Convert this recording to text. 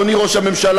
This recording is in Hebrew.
אדוני ראש הממשלה,